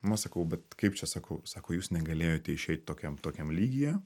nu sakau bet kaip čia sakau sako jūs negalėjote išeit tokiam tokiam lygyje